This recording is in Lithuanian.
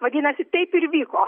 vadinasi taip ir vyko